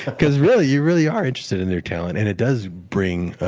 because really, you really are interested in their talent and it does bring